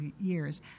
years